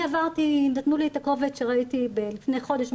נתנו לי את הקובץ וראיתי לפני חודש,